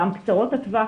גם קצרות הטווח,